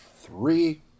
Three